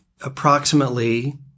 approximately